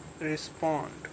respond